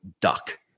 duck